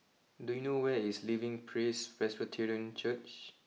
do you know where is Living Praise Presbyterian Church